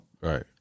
Right